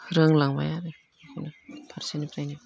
रोंलांबाय फारसेनिफ्रायनो